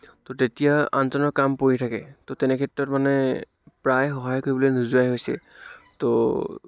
ত' তেতিয়া আনজনৰ কাম পৰি থাকে ত' তেনেক্ষেত্ৰত মানে প্ৰায় সহায় কৰিবলৈ নোযোৱাই হৈছে ত'